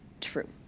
true